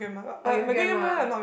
oh your grandma